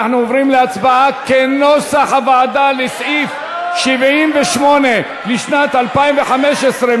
אנחנו עוברים להצבעה על סעיף 78 לשנת 2015,